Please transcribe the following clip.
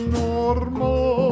normal